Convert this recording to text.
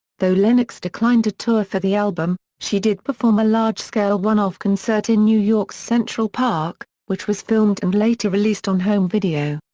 though lennox declined to tour for the album, she did perform a large scale one-off concert in new york's central park, which was filmed and later released on home video.